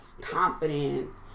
confidence